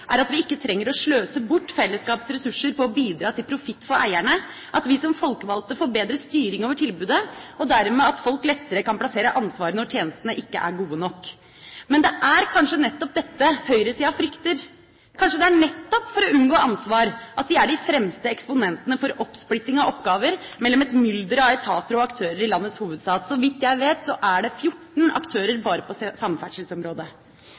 er at vi ikke trenger å sløse bort fellesskapets ressurser på å bidra til profitt for eierne, at vi som folkevalgte får bedre styring over tilbudet, og dermed at folk lettere kan plassere ansvaret når tjenestene ikke er gode nok. Men det er kanskje nettopp dette høyresida frykter. Kanskje det er nettopp for å unngå ansvar at de er de fremste eksponentene for oppsplitting av oppgaver mellom et mylder av etater og aktører i landets hovedstad. Så vidt jeg vet, er det 14 aktører bare på samferdselsområdet.